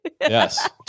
Yes